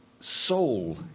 soul